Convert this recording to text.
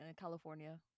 California